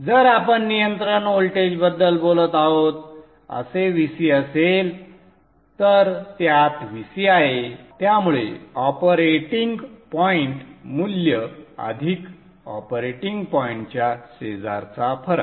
जर आपण नियंत्रण व्होल्टेजबद्दल बोलत आहोत असे Vc असेल तर त्यात Vc आहे त्यामुळे ऑपरेटिंग पॉइंट मूल्य अधिक ऑपरेटिंग पॉइंटच्या शेजारचा फरक